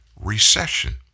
recession